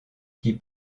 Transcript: qui